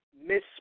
Miss